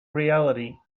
reality